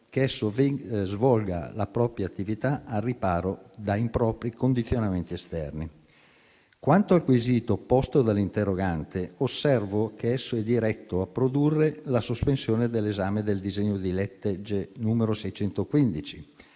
che esso svolga la propria attività al riparo da impropri condizionamenti esterni. Quanto al quesito posto dall'interrogante, osservo che esso è diretto a produrre la sospensione dell'esame del disegno di legge n. 615.